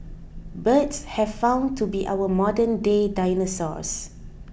birds have found to be our modernday dinosaurs